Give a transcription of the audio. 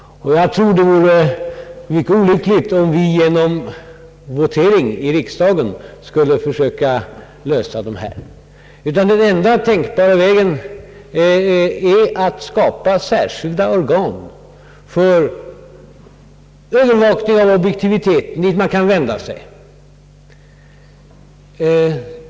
Jag tror det vore mycket olyckligt om vi genom votering i riksdagen skulle försöka fastslå den saken som ett försök att lösa problemet. Jag tror att den enda tänkbara vägen är att skapa särskilda organ för övervakning av objektiviteten, till vilka man kan vända sig.